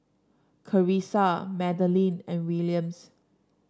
Karissa Madalyn and Williams